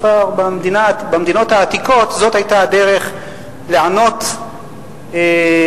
במדינות העתיקות זו היתה הדרך לענות אנשים.